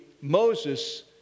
Moses